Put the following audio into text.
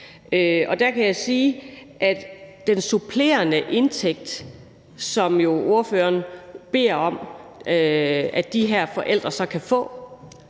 Og der kan jeg sige, at den supplerende indtægt, som ordføreren jo beder om at de her forældre så kan få,